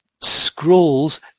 scrolls